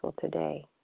today